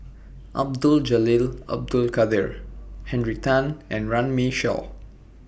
Abdul Jalil Abdul Kadir Henry Tan and Runme Shaw